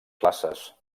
classes